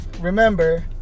remember